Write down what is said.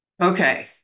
Okay